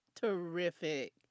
Terrific